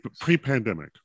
pre-pandemic